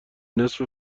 نصف